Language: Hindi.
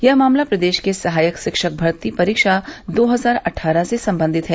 यह मामला प्रदेश के सहायक शिक्षक भर्ती परीक्षा दो हजार अट्ठारह से संबंधित है